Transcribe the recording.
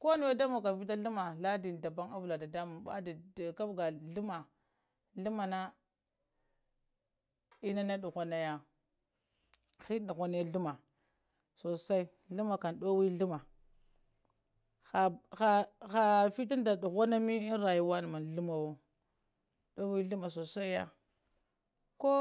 ko nowə damogoka vita ghlumma ladiyəni daban avɗa jumma, kubgha ghlumma, ghlumma na, ina na nugha nayə hənə nughanə ghluma so sai ghlumma kam maɗuwə ghlumma ka fituŋ da nughanaməyo an rayuwa na maŋ ghlumma, ɗowe ghluma sosai ya ko